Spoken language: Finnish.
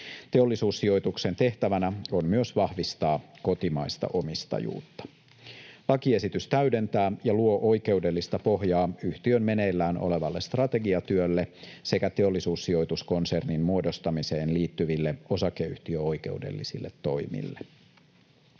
Teollisuussijoituksen tehtävänä on myös vahvistaa kotimaista omistajuutta. Lakiesitys täydentää ja luo oikeudellista pohjaa yhtiön meneillään olevalle strategiatyölle sekä Teollisuussijoitus -konsernin muodostamiseen liittyville osakeyhtiöoikeudellisille toimille.